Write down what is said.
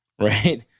right